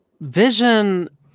Vision